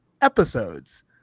episodes